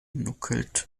nuckelt